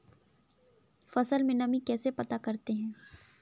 फसल में नमी कैसे पता करते हैं?